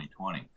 2020